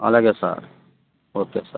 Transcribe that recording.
అలాగే sir okay sir